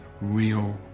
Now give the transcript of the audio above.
real